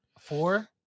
four